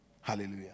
Hallelujah